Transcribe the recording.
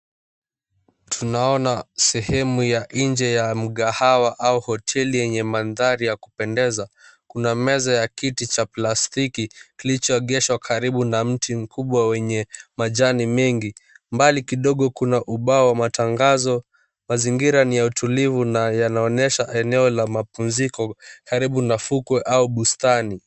Tunaona sehemu ya nje ya mgahawa au hoteli yenye mandhari ya kupendeza, kuna meza ya kiti cha plastiki kilichoegeshwa karibu na mti mkubwa wenye majani mengi, mbali kidogo kuna ubao wa matangazo. Mazingira ni ya utulivu na yanaonyesha eneo la mapumziko karibu na fukwe au bustani.